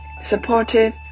supportive